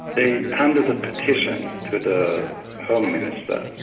they handed a petition to the home minister,